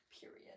Period